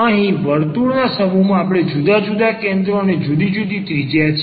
અહીં વર્તુળના સમૂહમાં આપણે જુદા જુદા કેન્દ્ર અને જુદી જુદી ત્રિજ્યા છે